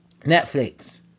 Netflix